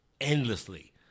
endlessly